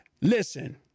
Listen